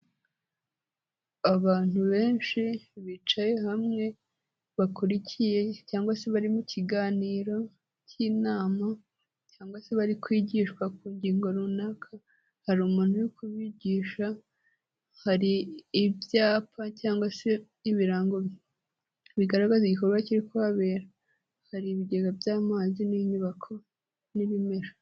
Abantu benshi bicaye hamwe, bakurikiye cyangwa se bari mu kiganiro cy'inama cyangwa se bari kwigishwa ku ngingo runaka, hari umuntu uri kubigisha, hari ibyapa cyangwa se ibirango bigaragaza igikorwa kiri kuhabera, hari ibigega by'amazi n'inyubako n'ibimera.